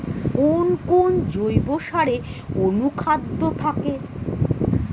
কোন কোন জৈব সারে অনুখাদ্য থাকে?